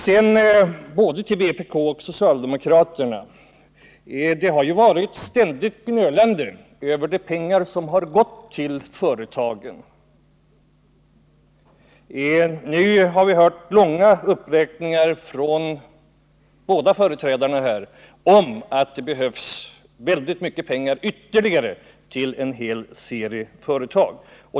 Sedan både till vpk och till socialdemokraterna: Det har ju varit ett ständigt gnölande över de pengar som har gått till företagen. Nu har vi hört långa uppräkningar från båda partiernas företrädare, som menar att det behövs väldigt mycket pengar ytterligare till en hel serie företag.